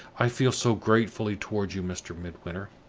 i feel so gratefully toward you, mr. midwinter!